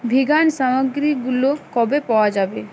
vegan সামগ্রীগুলো কবে পাওয়া যাবে